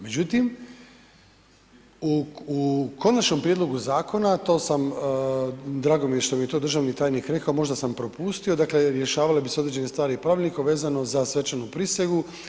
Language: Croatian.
Međutim, u konačnom prijedlogu zakona, to sam, drago mi je što mi je to državni tajnik rekao, možda sam propustio, dakle, rješavale bi se određene stvari pravilnikom vezano za svečanu prisegu.